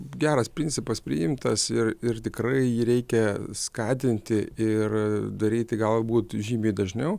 geras principas priimtas ir ir tikrai jį reikia skatinti ir daryti gali būt žymiai dažniau